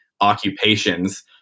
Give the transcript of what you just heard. occupations